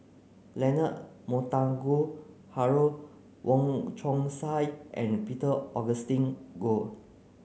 Leonard Montague Harrod Wong Chong Sai and Peter Augustine Goh